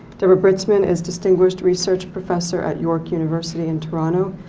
deborah britzman is distinguished research professor at york university in toronto,